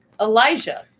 Elijah